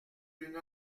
d’une